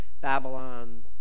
Babylon